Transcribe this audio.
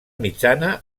mitjana